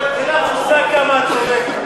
אין לך מושג כמה את צודקת.